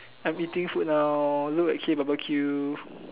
I'm eating food now look at K barbecue